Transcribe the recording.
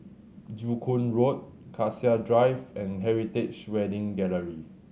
Joo Koon Road Cassia Drive and Heritage Wedding Gallery